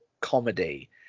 comedy